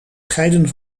scheiden